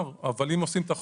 אבל אם עושים את החוק,